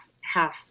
half